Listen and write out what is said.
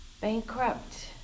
bankrupt